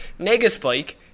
Negaspike